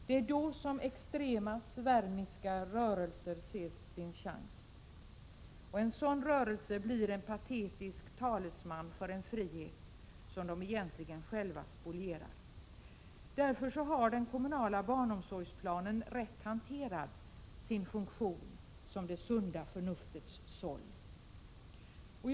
Det är då som extrema svärmiska rörelser ser sin chans. En sådan rörelse blir en patetisk talesman för en frihet som den egentligen själv spolierar. Därför har den kommunala barnomsorgsplanen, rätt hanterad, sin funktion som det sunda förnuftets såll.